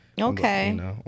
Okay